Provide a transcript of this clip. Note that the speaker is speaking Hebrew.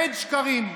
עד שקרים.